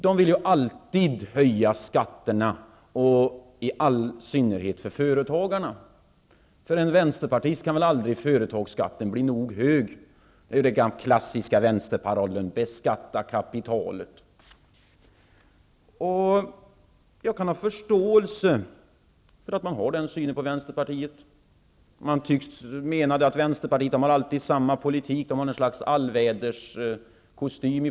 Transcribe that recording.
De vill ju alltid höja skatterna, i all synnerhet för företagarna. För en vänsterpartist kan väl aldrig företagsskatten bli nog hög. Den klassiska vänsterparollen är ju att beskatta kapitalet. Jag kan förstå att man har den uppfattningen om Vänsterpartiet. Man tycks mena att Vänsterpartiet alltid för samma politik, som en slags allväderskostym.